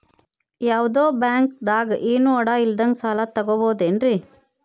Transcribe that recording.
ಯಾವ್ದೋ ಬ್ಯಾಂಕ್ ದಾಗ ಏನು ಅಡ ಇಲ್ಲದಂಗ ಸಾಲ ತಗೋಬಹುದೇನ್ರಿ?